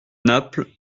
naples